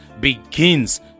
begins